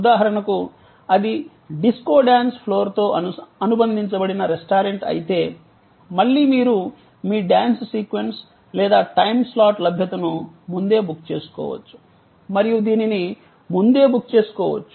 ఉదాహరణకు అది disco dance ఫ్లోర్తో అనుబంధించబడిన రెస్టారెంట్ అయితే మళ్ళీ మీరు మీ డ్యాన్స్ సీక్వెన్స్ లేదా టైమ్ స్లాట్ లభ్యతను ముందే బుక్ చేసుకోవచ్చు మరియు దీనిని ముందే బుక్ చేసుకోవచ్చు